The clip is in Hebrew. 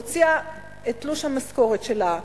הוציאה את תלוש המשכורת שלה,